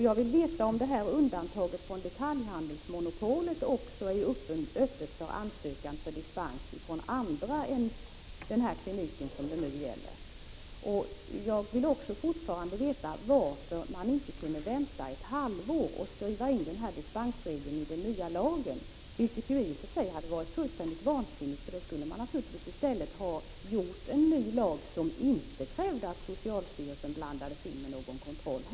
Jag vill även veta om det är möjligt för andra än den klinik som nu är 23 aktuell att ansöka om dispens också när det gäller undantaget från detaljhandelsmonopolet. Jag vill också fortfarande veta varför man inte kunde vänta ett halvår och skriva in dispensregeln i den nya lagen. Det hade i och för sig varit fullständigt vansinnigt att göra detta, eftersom man naturligtvis i stället skulle ha utformat en ny lag som inte krävde att socialstyrelsen blandades in med någon kontroll.